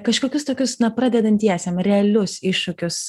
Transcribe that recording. kažkokius tokius na pradedantiesiem realius iššūkius